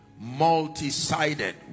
multi-sided